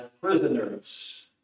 prisoners